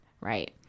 Right